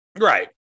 Right